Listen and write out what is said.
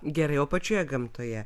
gerai o pačioje gamtoje